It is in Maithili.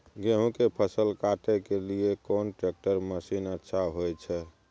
गेहूं के फसल काटे के लिए कोन ट्रैक्टर मसीन अच्छा होय छै?